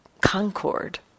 concord